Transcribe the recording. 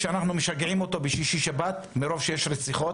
אנחנו משגעים אותו בשישי-שבת מרוב שיש רציחות